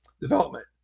development